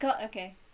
okay